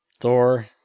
Thor